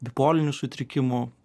bipoliniu sutrikimu